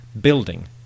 building